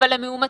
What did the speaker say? אבל הם מאומתים,